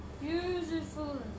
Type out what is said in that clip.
beautiful